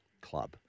club